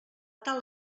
tal